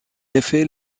effet